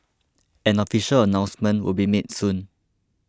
an official announcement would be made soon